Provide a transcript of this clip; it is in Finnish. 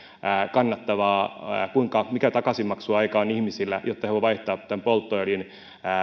kannattavaa on keskimäärin mikä takaisinmaksuaika on ihmisillä kun he vaihtavat polttoöljyn